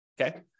Okay